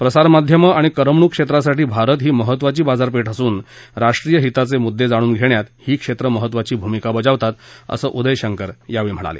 प्रसारमाध्यमक्राणि करमणुकक्षेत्रासाठी भारत ही महत्तवाची बाजारपेठ असून राष्ट्रीय हिताचे मुद्दे जाणून घेण्यात ही क्षेत्र मिहत्तवाची भूमिका बजावतात असऱिदय शक्ति यावेळी म्हणाले